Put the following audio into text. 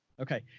Okay